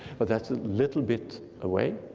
but that's a little bit away.